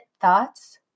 Thoughts